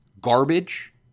garbage